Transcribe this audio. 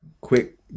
quick